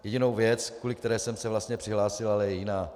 Jediná věc, kvůli které jsem se vlastně přihlásil, je ale jiná.